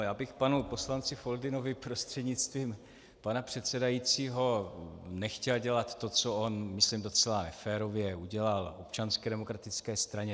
Já bych panu poslanci Foldynovi, prostřednictvím pana předsedajícího, nechtěl dělat to, co on myslím docela neférově udělal Občanské demokratické straně.